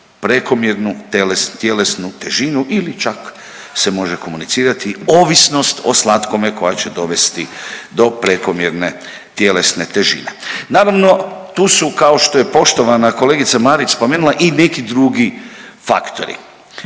prekomjernu tjelesnu težinu ili čak se može komunicirati ovisnost o slatkome koja će dovesti do prekomjerne tjelesne težine. Naravno tu su kao što je poštovana kolegica Marić spomenula i neki drugi faktori,